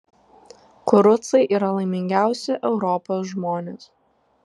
kurucai yra laimingiausi europos žmonės